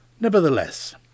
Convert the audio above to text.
Nevertheless